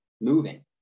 moving